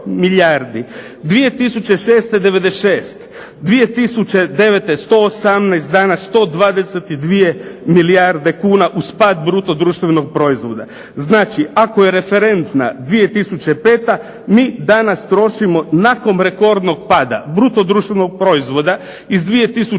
2009. 118, danas 122 milijarde kuna uz pad bruto društvenog proizvoda. Znači, ako je referentna 2005. mi danas trošimo nakon rekordnog pada bruto društvenog proizvoda iz 2009.,